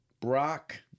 Brock